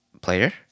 player